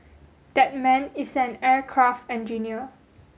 that man is an aircraft engineer